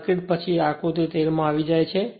સર્કિટપછી આકૃતિ 13 માં આવી જાય છે